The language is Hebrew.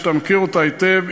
שאתה מכיר אותה היטב,